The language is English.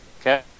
Okay